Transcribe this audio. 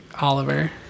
Oliver